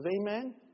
amen